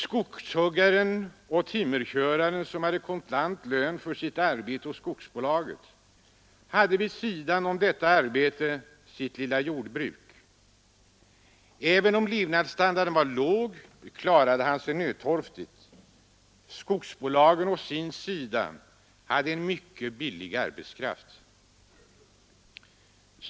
Skogshuggaren och timmerköraren, som hade kontant lön för sitt arbete hos skogsbolaget, hade vid sidan om detta arbete sitt lilla jordbruk. Även om levnadsstandarden var låg klarade han sig nödtorftigt. Skogsbolagen å sin sida hade mycket billig arbetskraft.